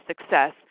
success